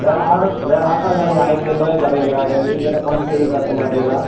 வேறு ஆரோ வேறு ஆட்டோக்காரங்க ஆயிரத்து ஐந்நூறுரூவாய்க்கி தரேங்கிறாக நீங்கள் என்னக் குறைச்சி எதுவும் பேசமாட்டிங்களா